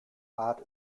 art